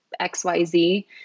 XYZ